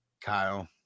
kyle